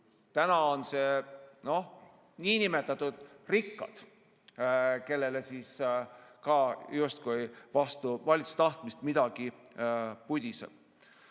Täna on selleks need niinimetatud rikkad, kellele ka justkui vastu valitsuse tahtmist midagi pudiseb.